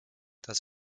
das